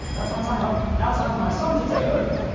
that's my time up. now time for my son to take over.